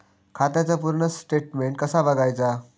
खात्याचा पूर्ण स्टेटमेट कसा बगायचा?